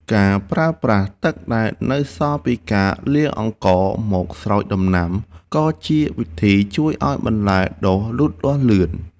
ការប្រើប្រាស់ទឹកដែលនៅសល់ពីការលាងអង្ករមកស្រោចដំណាំក៏ជាវិធីជួយឱ្យបន្លែដុះលូតលាស់លឿន។